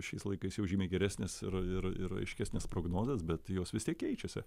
šiais laikais jau žymiai geresnės ir ir ir aiškesnės prognozės bet jos vis tiek keičiasi